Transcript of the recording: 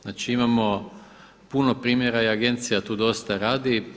Znači imamo puno primjera i agencija tu dosta radi.